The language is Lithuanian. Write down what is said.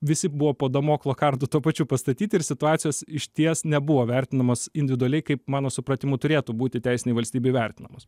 visi buvo po damoklo kardu tuo pačiu pastatyti ir situacijos išties nebuvo vertinamos individualiai kaip mano supratimu turėtų būti teisinėj valstybėj vertinamos